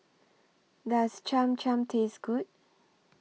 Does Cham Cham Taste Good